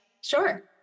Sure